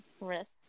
risk